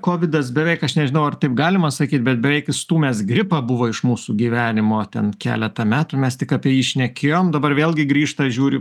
kovidas beveik aš nežinau ar taip galima sakyt bet beveik išstūmęs gripą buvo iš mūsų gyvenimo ten keletą metų mes tik apie jį šnekėjom dabar vėlgi grįžta žiūri